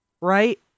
Right